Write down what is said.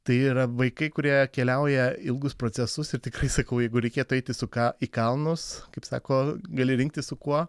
tai yra vaikai kurie keliauja ilgus procesus ir tikrai sakau jeigu reikėtų eiti su ką į kalnus kaip sako gali rinktis su kuo